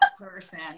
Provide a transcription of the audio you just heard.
person